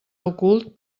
ocult